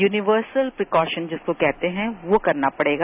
universal precaution जिसको कहते हैं वह करना पड़ेगा